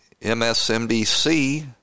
MSNBC